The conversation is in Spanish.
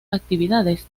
actividades